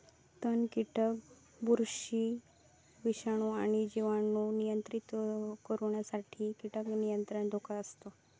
तण, कीटक, बुरशी, विषाणू आणि जिवाणू नियंत्रित करुसाठी कीटक नियंत्रण धोरणा असत